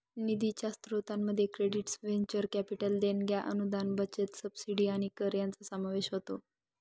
निधीच्या स्त्रोतांमध्ये credits venture capital देणग्या अनुदान बचत सबसिडी आणि कर यांचा समावेश होतो